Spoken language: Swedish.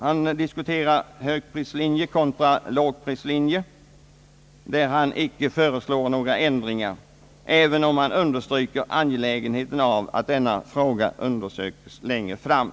Han diskuterar högprislinje kontra lågprislinje, där han icke föreslår några ändringar, även om han understryker angelägenheten av att denna fråga undersöks längre fram.